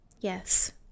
Yes